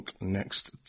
next